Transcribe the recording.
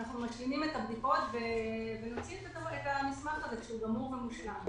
אנחנו משלימים את הבדיקות ונוציא את המסמך הזה כשהוא גמור ומושלם.